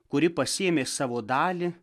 kuri pasiėmė savo dalį